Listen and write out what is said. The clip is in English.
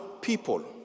people